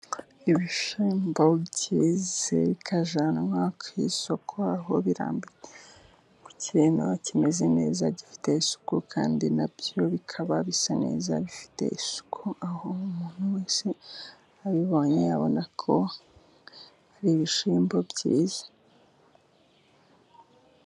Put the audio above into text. Ibishyimbo byeze, bikajyanwa ku isoko aho birambitswe ku kintu kimeze neza, gifite isuku, kandi na byo bikaba bisa neza bifite isuku, aho umuntu wese abibonye abona ko ari ibishyimbo byiza.